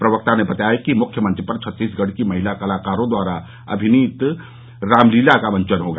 प्रवक्ता ने बताया कि मुख्य मंच पर छत्तीसगढ़ की महिला कलाकारों द्वारा अभिनीत रामलीला का मंचन होगा